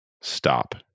stop